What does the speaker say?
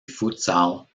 futsal